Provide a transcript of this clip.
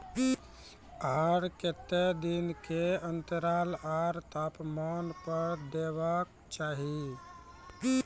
आर केते दिन के अन्तराल आर तापमान पर देबाक चाही?